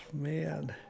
man